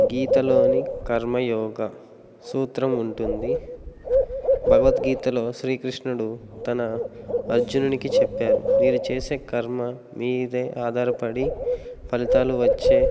గీతలోని కర్మయోగ సూత్రం ఉంటుంది భగవద్గీతలో శ్రీకృష్ణుడు తన అర్జునునికి చెప్పారు మీరు చేసే కర్మ మీదే ఆధారపడి ఫలితాలు వచ్చే